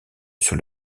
sur